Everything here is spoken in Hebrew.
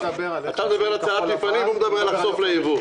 אתה מדבר על הצלת מפעלים והוא מדבר על חשיפה לייבוא.